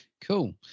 Cool